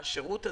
השירות הזה,